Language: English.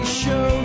show